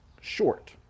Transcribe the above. short